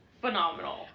Phenomenal